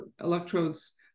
electrodes